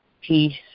peace